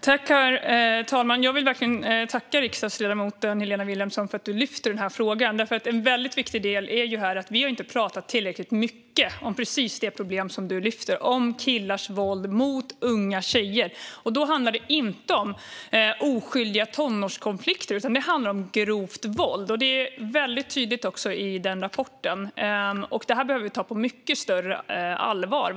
Herr talman! Jag vill tacka riksdagsledamoten Helena Vilhelmsson för att hon tar upp den här frågan. En väldigt viktig del här är ju att vi inte har talat tillräckligt mycket om killars våld mot unga tjejer. Då handlar det inte om oskyldiga tonårskonflikter utan om grovt våld. Det är också väldigt tydligt i rapporten. Detta behöver vi ta på mycket större allvar.